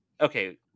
Okay